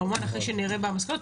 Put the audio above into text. כמובן אחרי שנראה מה המסקנות.